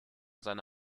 seine